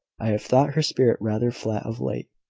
i have thought her spirit rather flat of late.